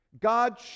god